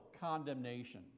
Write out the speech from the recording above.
condemnation